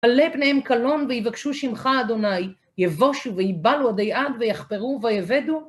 מלא פניהם קלון, ויבקשו שמך, אדוני, יבושו ויבלו עדי עד, ויחפרו ויאבדו.